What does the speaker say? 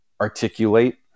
articulate